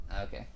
Okay